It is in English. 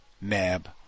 nab